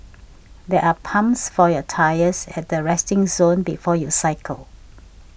there are pumps for your tyres at the resting zone before you cycle